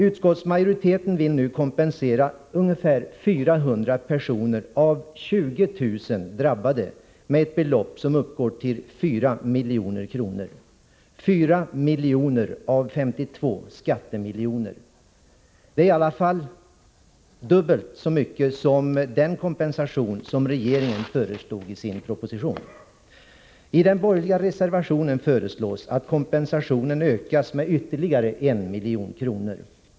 Utskottsmajoriteten vill kompensera ca 400 personer av 20 000 drabbade med ett belopp som uppgår till 4 milj.kr. — av 52 skattemiljoner. Det är i alla fall dubbelt så mycket som regeringen föreslog i propositionen. I den borgerliga reservationen föreslås att kompensationen ökas med ytterligare en miljon kronor.